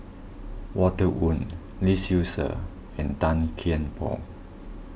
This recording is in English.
Walter Woon Lee Seow Ser and Tan Kian Por